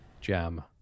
jam